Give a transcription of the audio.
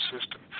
system